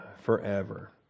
forever